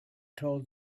told